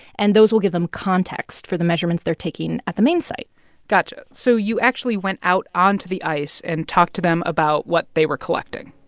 and those will give them context for the measurements they're taking at the main site gotcha. so you actually went out onto the ice and talked to them about what they were collecting?